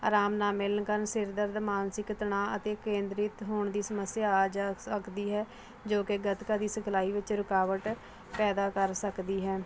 ਆਰਾਮ ਨਾਲ ਮਿਲਣ ਗਨ ਸਿਰ ਦਰਦ ਮਾਨਸਿਕ ਤਣਾਅ ਅਤੇ ਕੇਂਦਰਿਤ ਹੋਣ ਦੀ ਸਮੱਸਿਆ ਆ ਜ ਸਕਦੀ ਹੈ ਜੋ ਕਿ ਗੱਤਕਾ ਦੀ ਸਿਖਲਾਈ ਵਿੱਚ ਰੁਕਾਵਟ ਪੈਦਾ ਕਰ ਸਕਦੀ ਹੈ